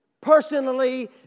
Personally